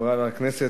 חברי הכנסת,